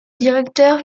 directeur